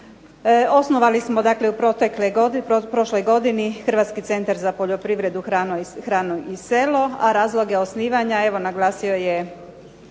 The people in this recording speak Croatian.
Osnovali smo dakle u prošloj godini Hrvatski centar za poljoprivredu, hranu i selo, a razloge osnivanja evo naglasio je,